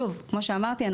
כמו שאמרתי,